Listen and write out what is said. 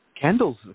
candles